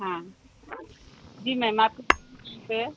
हाँ जी मैम आपके दुकान पर है